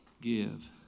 give